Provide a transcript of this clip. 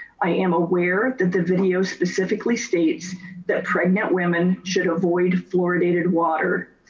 i am aware that the video specifically states that pregnant women should avoid fluoridated water.